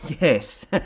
Yes